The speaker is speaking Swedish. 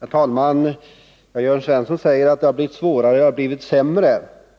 Herr talman! Jörn Svensson säger att det har blivit svårare och sämre.